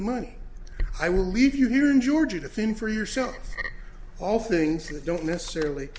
the money i will leave you here in georgia theme for yourself all things that don't necessarily